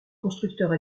constructeurs